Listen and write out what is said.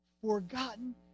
Forgotten